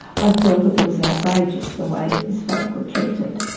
i felt it was outrageous the way these folk were treated.